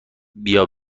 بیا